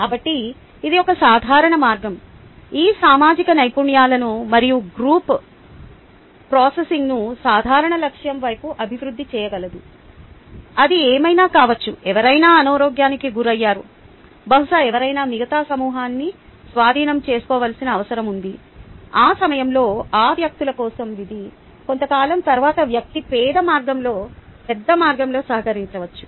కాబట్టి ఇది ఒక సాధారణ మార్గం ఈ సామాజిక నైపుణ్యాలను మరియు గ్రూప్ ప్రాసెసింగ్ను సాధారణ లక్ష్యం వైపు అభివృద్ధి చేయగలదు అది ఏమైనా కావచ్చు ఎవరైనా అనారోగ్యానికి గురయ్యారు బహుశా ఎవరైనా మిగతా సమూహాన్ని స్వాధీనం చేసుకోవాల్సిన అవసరం ఉంది ఆ సమయంలో ఆ వ్యక్తుల కోసం విధి కొంతకాలం తర్వాత వ్యక్తి పెద్ద మార్గంలో సహకరించవచ్చు